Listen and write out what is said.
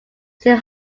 still